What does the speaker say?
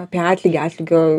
apie atlygį atlygio